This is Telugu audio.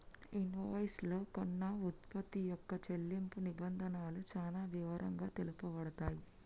ఇన్వాయిస్ లో కొన్న వుత్పత్తి యొక్క చెల్లింపు నిబంధనలు చానా వివరంగా తెలుపబడతయ్